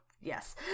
yes